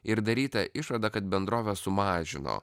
ir daryta išvada kad bendrovė sumažino